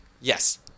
Yes